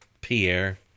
Pierre